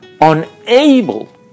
unable